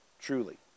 truly